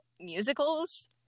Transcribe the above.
musicals